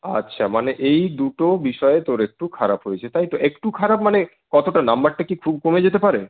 আচ্ছা মানে এই দুটো বিষয় তোর একটু খারাপ হয়েছে তাই তো একটু খারাপ মানে কতটা নম্বরটা কি খুব কমে যেতে পারে